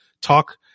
talk